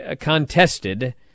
contested